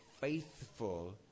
faithful